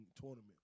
tournament